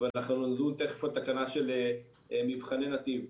ואנחנו נדון תכף על תקנה של מבחני נתיב.